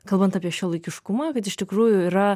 kalbant apie šiuolaikiškumą bet iš tikrųjų yra